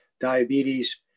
diabetes